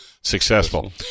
successful